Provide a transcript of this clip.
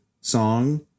song